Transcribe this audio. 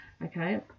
Okay